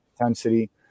intensity